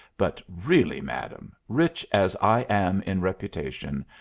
but really, madam, rich as i am in reputation,